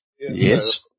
Yes